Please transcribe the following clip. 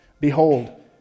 Behold